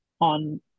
on